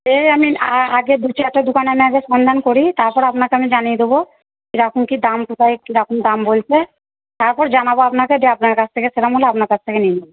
এই আমি আগে দু চারটে দোকান আমি আগে সন্ধান করি তারপরে আপনাকে আমি জানিয়ে দেব কীরকম কি দাম কোথায় কীরকম দাম বলছে তারপর জানাব আপনাকে যে আপনার কাছ থেকে সেরকম হলে আপনার কাছ থেকে নিয়ে নেব